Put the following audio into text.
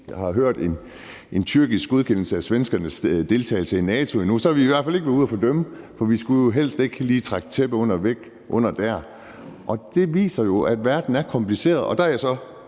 ikke har hørt en tyrkisk godkendelse af svenskernes deltagelse i NATO endnu, har vi i hvert fald ikke været ude at fordømme, for vi skulle jo helst ikke lige trække tæppet væk under det der. Og det viser jo, at verden er kompliceret. Der er jeg så